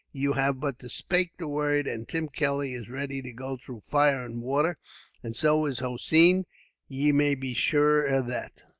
you have but to spake the word, and tim kelly is ready to go through fire and water and so is hossein. ye may be shure of that.